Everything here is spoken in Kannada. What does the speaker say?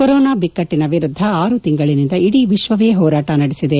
ಕೊರೊನಾ ಬಿಕ್ಕಟ್ಟನ ವಿರುದ್ದ ಆರು ತಿಂಗಳಿಂದ ಇಡೀ ವಿಶ್ವವೇ ಹೋರಾಟ ನಡೆಸಿದೆ